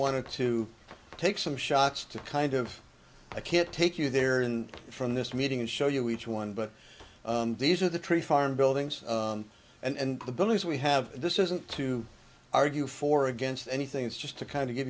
wanted to take some shots to kind of i can't take you there in from this meeting and show you each one but these are the tree farm buildings and the buildings we have this isn't to argue for or against anything it's just to kind of give